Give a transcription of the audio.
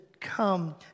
come